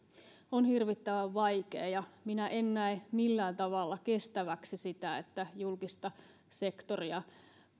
on hirvittävän vaikea ja minä en näe millään tavalla kestäväksi sitä että julkista sektoria